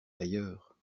ailleurs